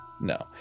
no